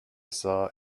saw